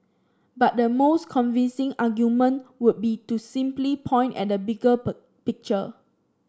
but the most convincing argument would be to simply point at the bigger picture